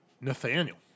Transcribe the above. Nathaniel